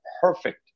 perfect